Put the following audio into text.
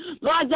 Lord